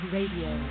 Radio